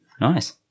Nice